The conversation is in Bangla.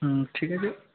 হুম ঠিক আছে